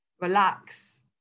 relax